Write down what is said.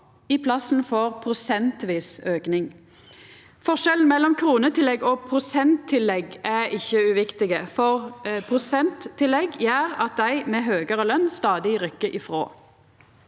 i plassen for prosentvis auke. Forskjellen mellom kronetillegg og prosenttillegg er ikkje uviktig. Prosenttillegg gjer at dei med høgare løn stadig rykkjar i frå.